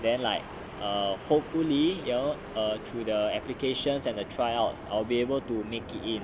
then like err hopefully your know err through the applications and the tryouts I'll be able to make it in